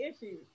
issues